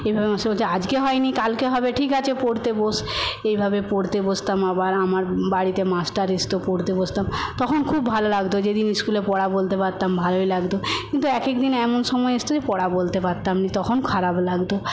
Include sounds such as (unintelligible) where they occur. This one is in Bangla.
(unintelligible) আজকে হয় নি কালকে হবে ঠিক আছে পড়তে বোস এইভাবে পড়তে বসতাম আবার আমার বাড়িতে মাস্টার এসতো পড়তে বসতাম তখন খুব ভালো লাগতো যেদিন স্কুলে পড়া বলতে পারতাম ভালোই লাগতো কিন্তু একেক দিন এমন সময় আসত যে পড়া বলতে পারতাম না তখন খারাপ লাগতো